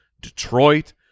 Detroit